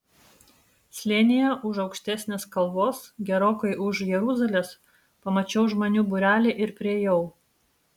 slėnyje už aukštesnės kalvos gerokai už jeruzalės pamačiau žmonių būrelį ir priėjau